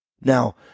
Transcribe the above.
Now